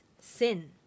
sin